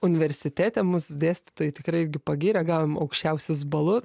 universitete mūsų dėstytojai tikrai pagyrė gavom aukščiausius balu